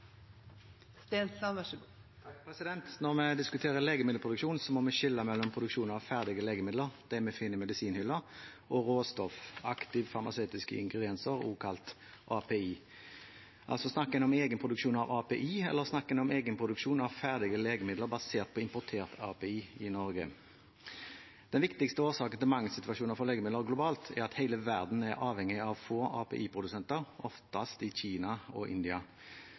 Når vi diskuterer legemiddelproduksjon, må vi skille mellom produksjon av ferdige legemidler, det vi finner i medisinhylla, og råstoff – aktive farmasøytiske ingredienser, også kalt API. Altså: Snakker man om egenproduksjon av API, eller snakker man om egenproduksjon av ferdige legemidler basert på importert API i Norge? Den viktigste årsaken til mangelsituasjoner for legemidler globalt er at hele verden er avhengig av noen få API-produsenter, oftest i Kina og India.